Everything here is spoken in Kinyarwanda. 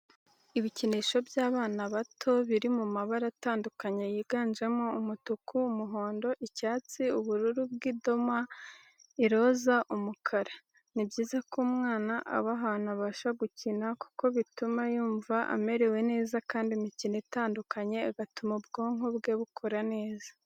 Ibikinisho by'abana bato biri mu mabara atandukanye yiganjemo umutuku, umuhondo, icyatsi ,ubururu bw'idoma, iroza, umukara. Ni byiza ko umwana aba ahantu abasha gukina kuko bituma yumva amerewe neza, kandi imikino itandukanye igatuma ubwonko bwe bukora neza.